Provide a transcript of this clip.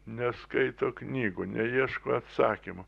neskaito knygų neieško atsakymų